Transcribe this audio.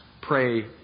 pray